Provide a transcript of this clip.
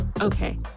Okay